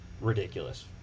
ridiculous